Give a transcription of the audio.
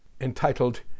entitled